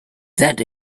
that